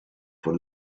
for